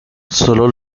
solo